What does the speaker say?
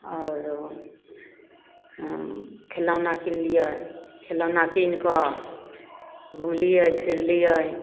आओर खेलौना किनलिए खेलौना किनिकऽ घुमलिए फिरलिए